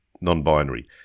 non-binary